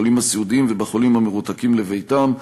בחולים הסיעודיים ובחולים המרותקים לביתם.